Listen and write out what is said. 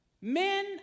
Men